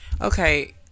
Okay